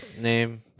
name